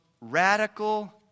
radical